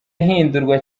ahindurwa